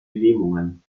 lähmungen